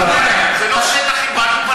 אחראי לתחביר.